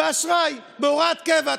באשראי, בהוראת קבע.